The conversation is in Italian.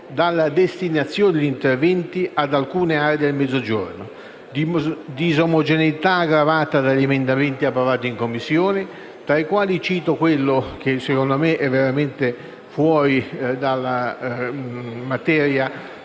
dalla destinazione degli interventi ad alcune aree del Mezzogiorno. Disomogeneità aggravata dagli emendamenti approvati in Commissione, tra i quali cito quello, secondo me veramente estraneo alla materia